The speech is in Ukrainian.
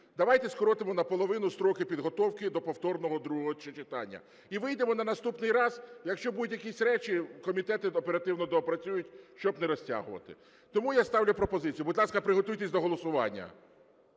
давайте скоротимо наполовину строки підготовки до повторного другого читання. І вийдемо на наступний раз, якщо будуть якісь речі, в комітеті оперативно доопрацюють, щоб не розтягувати. Тому я ставлю пропозицію. Будь ласка, приготуйтесь до голосування.